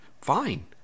Fine